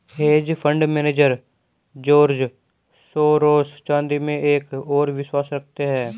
hedge fund manager George Soros चांदी में एक और विश्वास रखते हैं